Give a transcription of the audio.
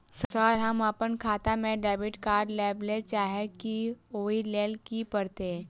Sir हम अप्पन खाता मे डेबिट कार्ड लेबलेल चाहे छी ओई लेल की परतै?